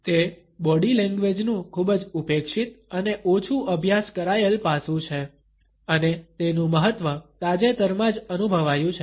તે body language નું ખૂબ જ ઉપેક્ષિત અને ઓછું અભ્યાસ કરાયેલ પાસું છે અને તેનું મહત્વ તાજેતરમાં જ અનુભવાયું છે